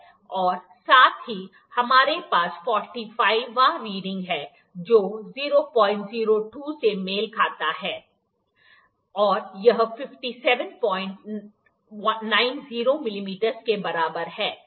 और साथ ही हमारे पास ४५ वाँ रीडिंग है जो ००२ में मेल खाता है और यह ५७९० मिमी के बराबर है